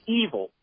evil